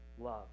love